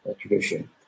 tradition